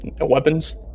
weapons